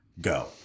Go